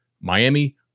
Miami